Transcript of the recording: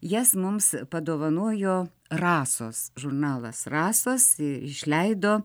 jas mums padovanojo rasos žurnalas rasos i išleido